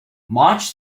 march